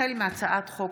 החל בהצעת חוק